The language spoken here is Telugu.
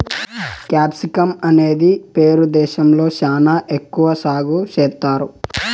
క్యాప్సికమ్ అనేది పెరు దేశంలో శ్యానా ఎక్కువ సాగు చేత్తారు